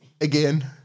again